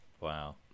Wow